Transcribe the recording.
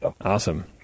Awesome